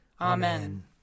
Amen